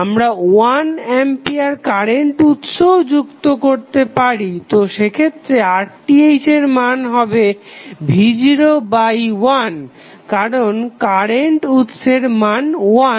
আমরা 1 ampere current উৎসও যুক্ত করতে পারি তো সেক্ষেত্রে RTh এর মান হবে v01 কারণ কারেন্ট উৎসের মান 1